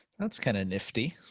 that's kind of nifty.